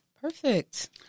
perfect